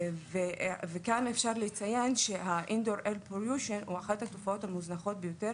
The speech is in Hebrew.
כאן אפשר לציין שה -- הוא אחת התופעות המוזנחות ביותר